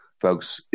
folks